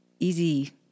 Easy